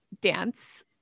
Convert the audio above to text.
dance